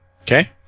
Okay